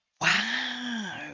Wow